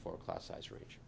for class size range